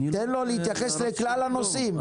תן לו להתייחס לכלל הנושאים.